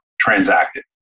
transacted